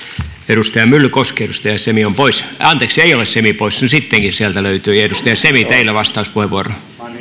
edustaja myllykoski ja edustaja semi ovat poissa anteeksi ei ole semi poissa sittenkin sieltä löytyi edustaja semi teillä vastauspuheenvuoro